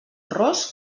ros